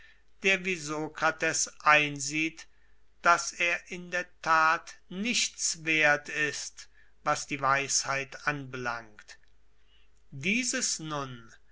der wie sokrates einsieht daß er in der tat nichts wert ist was die weisheit anbelangt dieses nun